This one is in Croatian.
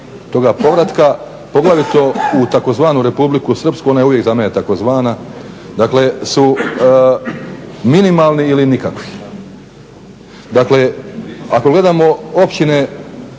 toga povratka poglavito u tzv. Republiku Srpsku ona je uvijek za mene tzv. dakle su minimalni ili nikakvi. Dakle ako gledamo općine